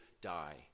die